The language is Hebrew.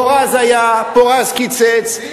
פורז היה, פורז קיצץ,